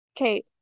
okay